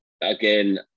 again